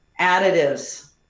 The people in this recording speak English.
additives